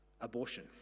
Abortion